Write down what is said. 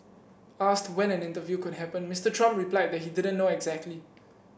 asked when an interview could happen Mister Trump replied that he didn't know exactly